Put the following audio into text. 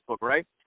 right